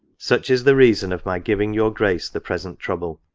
such is the reason of my giving your grace the present trouble.